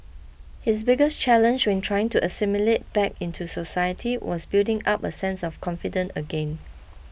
his biggest challenge when trying to assimilate back into society was building up a sense of confidence again